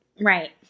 Right